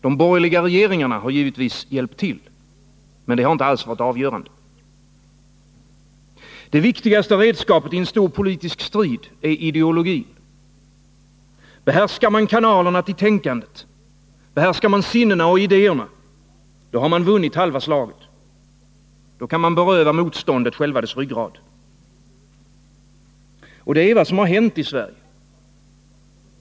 De borgerliga regeringarna har givetvis hjälpt till. Men det har inte alls varit avgörande. Det viktigaste redskapet ii en stor politisk strid är ideologin. Behärskar man kanalerna till tänkandet, behärskar man sinnena och idéerna — då har man vunnit halva slaget. Då kan man beröva motståndet själva dess ryggrad. Och det är vad som har hänt i Sverige.